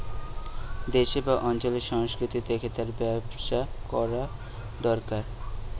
দেশের বা অঞ্চলের সংস্কৃতি দেখে তার ব্যবসা কোরা দোরকার